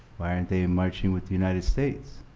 why aren't they marching with the united states?